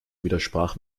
widersprach